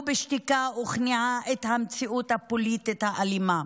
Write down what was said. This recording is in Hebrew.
בשתיקה וכניעה את המציאות הפוליטית האלימה.